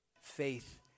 faith